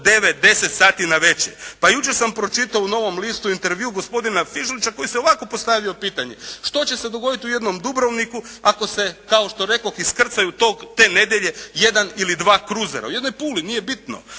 9, 10 sati navečer. Pa jučer sam pročitao u "Novom listu" intervju gospodina Fižulića koji se ovako postavio pitanje što će se dogoditi u jednom Dubrovniku ako se kao što rekoh iskrcaju te nedjelje jedan ili dva crusera, u jednoj Puli. Nije bitno,